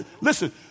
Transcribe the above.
Listen